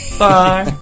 bye